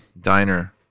diner